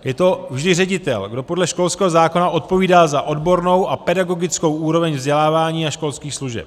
Je to vždy ředitel, kdo podle školského zákona odpovídá za odbornou a pedagogickou úroveň vzdělávání a školských služeb.